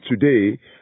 today